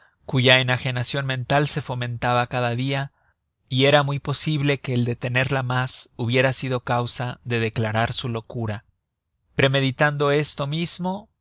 cuya enagenacion mental se fomentaba cada dia y era muy posible que el detenerla mas hubiera sido causa de declarar su locura premeditando esto mismo